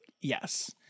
yes